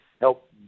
help